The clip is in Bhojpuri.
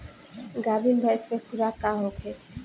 गाभिन भैंस के खुराक का होखे?